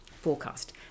forecast